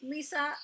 Lisa